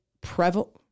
prevalent